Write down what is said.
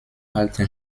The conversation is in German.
alten